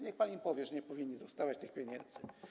Niech pani powie, że nie powinny dostawać tych pieniędzy.